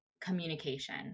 communication